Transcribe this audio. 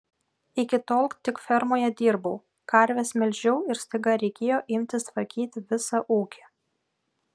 iki tol tik fermoje dirbau karves melžiau ir staiga reikėjo imtis tvarkyti visą ūkį